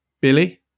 Billy